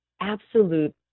absolute